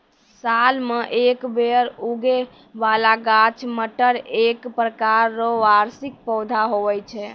साल मे एक बेर उगै बाला गाछ मटर एक प्रकार रो वार्षिक पौधा हुवै छै